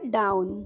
down